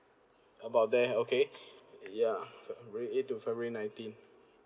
about there okay ya february eight to february nineteen